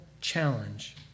challenge